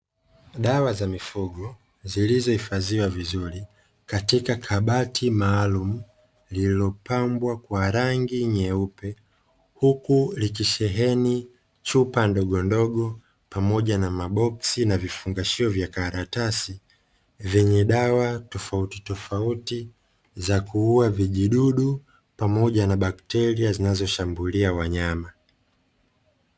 Dawa za mifugo zilizohifadhiwa vizuri katika kabati maalumu, lililopambwa kwa rangi nyeupe, huku likisheheni chupa ndogondogo pamoja na maboksi na vifungashio vya karatasi, vyenye dawa tofauti tofauti za kuua vijidudu pamoja na bakteria zinazoshambulia wanyama.